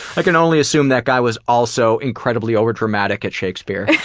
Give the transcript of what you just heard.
i can only assume that guy was also incredibly over-dramatic at shakespeare.